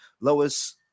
Lois